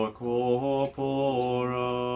corpora